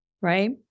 right